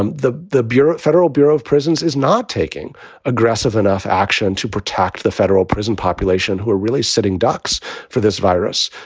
um the the bureau federal bureau of prisons is not taking aggressive enough action to protect the federal prison population who are really sitting ducks for this virus.